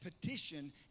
petition